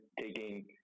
taking